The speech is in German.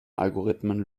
algorithmen